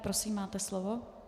Prosím, máte slovo.